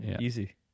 easy